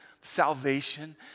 salvation